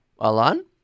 alan